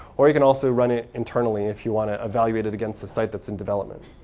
or you can also run it internally if you want to evaluate it against a site that's in development.